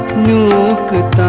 new